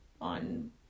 on